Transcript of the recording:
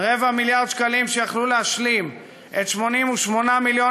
רבע מיליארד שקלים שיכלו להשלים את 88 מיליון